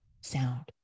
sound